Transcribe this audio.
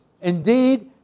Indeed